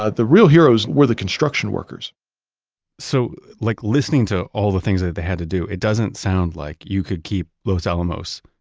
ah the real heroes were the construction workers so like listening to all the things that they had to do, it doesn't sound like you could keep los alamos